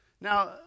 Now